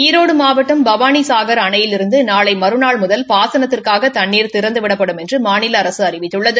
ஈரோடு மாவட்டம் பவானிசாக் அணையிலிருந்து நாளை மறுநாள் முதல் பாகனத்துக்காக தண்ணீர் திறந்துவிடப்படும் என்று மாநில அரசு அறிவித்துள்ளது